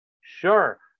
sure